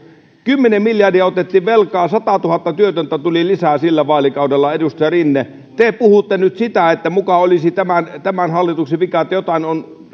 kymmenen miljardia otettiin velkaa satatuhatta työtöntä tuli lisää sillä vaalikaudella edustaja rinne te puhutte nyt sitä että muka olisi tämän tämän hallituksen vika että jotain on